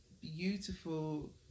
beautiful